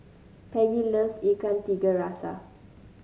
Peggy loves Ikan Tiga Rasa